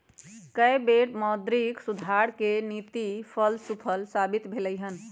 कय बेर मौद्रिक सुधार के नीति सभ सूफल साबित भेलइ हन